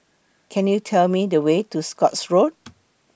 Could YOU Tell Me The Way to Scotts Road